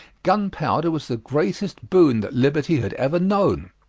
gunpowder was the greatest boon that liberty had ever known.